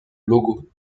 logo